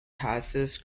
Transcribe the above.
passes